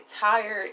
tired